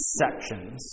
sections